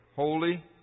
Holy